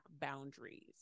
boundaries